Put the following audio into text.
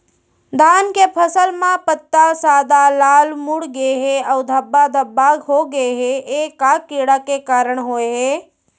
धान के फसल म पत्ता सादा, लाल, मुड़ गे हे अऊ धब्बा धब्बा होगे हे, ए का कीड़ा के कारण होय हे?